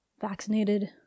vaccinated